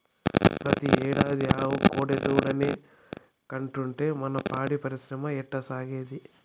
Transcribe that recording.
పెతీ ఏడాది ఆవు కోడెదూడనే కంటాంటే మన పాడి పరిశ్రమ ఎట్టాసాగేది